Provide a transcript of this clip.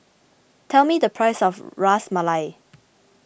tell me the price of Ras Malai